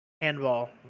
handball